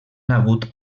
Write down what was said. hagut